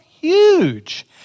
huge